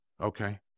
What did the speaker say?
Okay